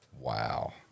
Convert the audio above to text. Wow